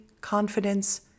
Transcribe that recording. confidence